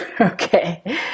Okay